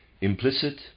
Implicit